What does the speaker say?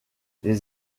les